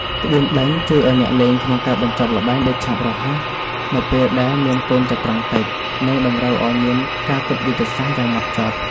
ក្បួនដេញជួយអ្នកលេងក្នុងការបញ្ចប់ល្បែងដោយឆាប់រហ័សនៅពេលដែលមានកូនចត្រង្គតិច និងតម្រូវឲ្យមានការគិតយុទ្ធសាស្ត្រយ៉ាងម៉ត់ចត់។